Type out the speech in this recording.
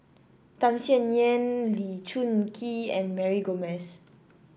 Tham Sien Yen Lee Choon Kee and Mary Gomes